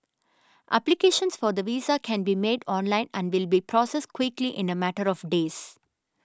applications for the visa can be made online and will be processed quickly in a matter of days